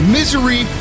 misery